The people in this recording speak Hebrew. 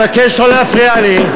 אני מבקש לא להפריע לי.